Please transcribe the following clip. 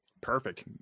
Perfect